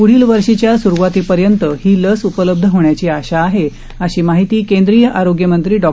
पूढील वर्षीच्या सुरुवातीपर्यंत ही लस उपलब्ध होण्याची आशा आहे अशी माहिती केंद्रीय आरोग्यमंत्री डॉ